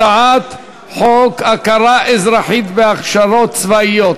הצעת חוק הכרה אזרחית בהכשרות צבאיות,